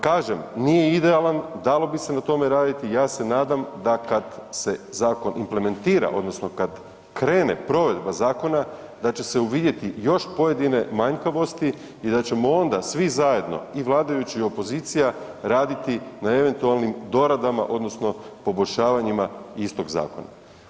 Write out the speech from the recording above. Kažem, nije idealan, dalo bi se na tome raditi i ja se nadam da kad se zakon implementira odnosno kad krene provedba zakona da će se uvidjeti još pojedine manjkavosti i da ćemo onda svi zajedno i vladajući i opozicija raditi na eventualnim doradama odnosno poboljšavanjima istog zakona.